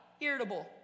irritable